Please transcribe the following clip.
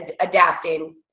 adapting